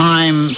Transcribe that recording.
Time